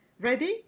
Ready